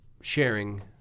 sharing